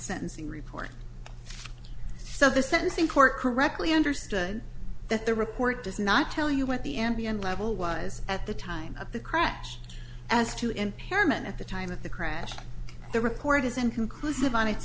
sentencing report so the sentencing court correctly understood that the report does not tell you what the ambient level was at the time of the crash as to impairment at the time of the crash the report is inconclusive on